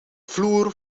vloer